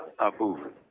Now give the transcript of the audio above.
Abu